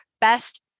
best